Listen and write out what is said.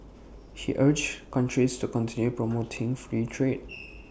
he urged countries to continue promoting free trade